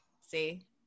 See